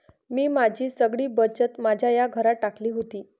मी माझी सगळी बचत माझ्या या घरात टाकली होती